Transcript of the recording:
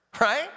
right